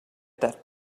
that